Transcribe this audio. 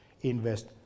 invest